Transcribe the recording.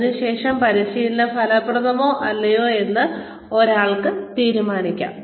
അതിനുശേഷം പരിശീലനം ഫലപ്രദമാണോ അല്ലയോ എന്ന് ഒരാൾക്ക് തീരുമാനിക്കാം